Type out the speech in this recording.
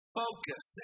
focus